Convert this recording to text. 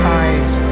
eyes